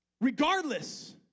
Regardless